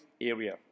area